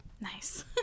nice